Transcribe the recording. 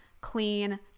clean